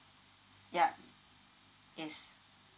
ya yes